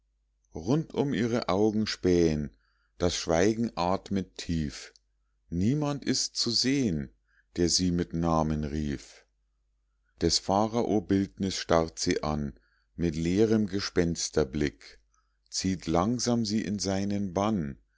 leer rundum ihre augen spähen das schweigen atmet tief niemand ist zu sehen der sie mit namen rief des pharao bildnis starrt sie an mit leerem gespensterblick zieht langsam sie in seinen bann